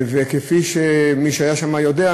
כפי שמי שהיה שם יודע,